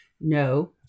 No